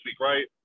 right